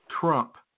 Trump